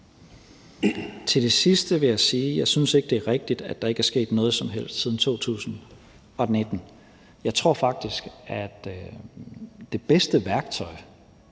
Til det sidste vil jeg sige, at jeg ikke synes, det er rigtigt, er der ikke er sket noget som helst siden 2019. Jeg tror faktisk, at det bedste værktøj